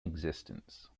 existence